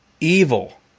evil